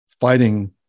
fighting